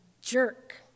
jerk